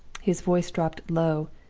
his voice dropped low,